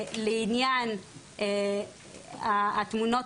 לעניין התמונות